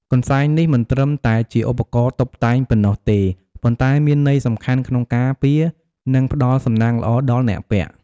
កន្សែងនេះមិនត្រឹមតែជាឧបករណ៍តុបតែងប៉ុណ្ណោះទេ ប៉ុន្តែមានន័យសំខាន់ក្នុងការពារ និងផ្ដល់សំណាងល្អដល់អ្នកពាក់។